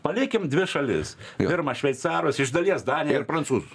palikime dvi šalis pirma šveicarus iš dalies daniją ir prancūzus